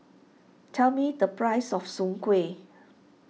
tell me the price of Soon Kway